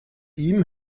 ihm